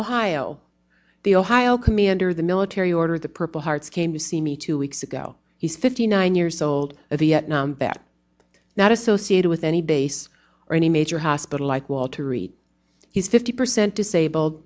ohio the ohio commander the military order the purple hearts came to see me two weeks ago he's fifty nine years old a vietnam vet not associated with any base or any major hospital like walter reed he's fifty percent disabled